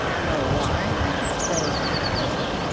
no, i think it's better, for the present,